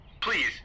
please